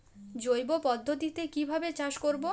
জৈব পদ্ধতিতে কিভাবে চাষ করব?